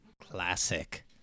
Classic